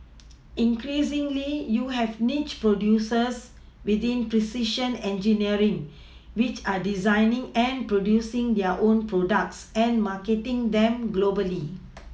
increasingly you have niche producers within precision engineering which are designing and producing their own products and marketing them globally